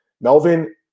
Melvin